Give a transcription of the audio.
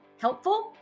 helpful